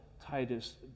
Titus